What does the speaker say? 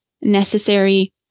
necessary